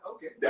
Okay